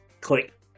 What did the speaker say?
click